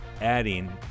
adding